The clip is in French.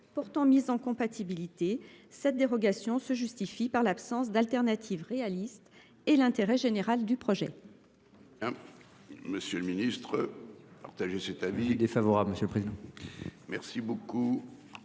portant mise en compatibilité cette dérogation se justifie par l'absence d'alternative réaliste et l'intérêt général du projet.